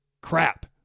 crap